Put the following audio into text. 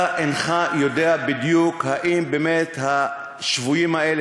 אתה אינך יודע בדיוק אם השבויים האלה,